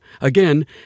Again